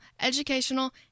educational